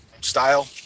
style